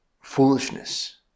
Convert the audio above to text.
foolishness